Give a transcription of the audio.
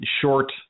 short